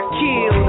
kill